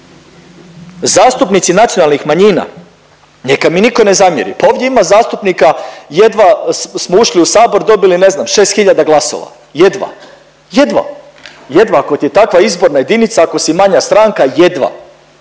Zastupnici nacionalnih manjina, neka mi niko ne zamjeri, pa ovdje ima zastupnika jedva smo ušli u Sabor dobili ne znam šest hiljada glasova, jedva, jedva, jedva ako ti je takva izborna jedinica ako si manja stranka jedva.